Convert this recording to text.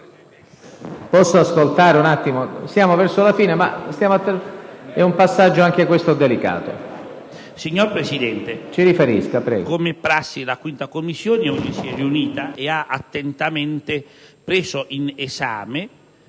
Signor Presidente, come prassi, la Commissione bilancio si è oggi riunita e ha attentamente preso in esame